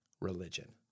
religion